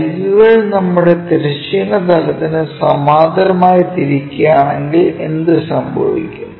അരികുകൾ നമ്മുടെ തിരശ്ചീന തലത്തിന് സമാന്തരമായി തിരിക്കുകയാണെങ്കിൽ എന്ത് സംഭവിക്കും